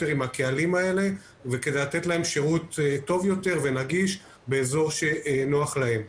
עם קהלים אלה ולתת להם שירות טוב יותר ונגיש באזור שנוח להם.